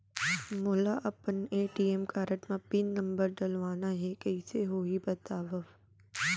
मोला अपन ATM card म पिन नंबर डलवाना हे कइसे होही बतावव?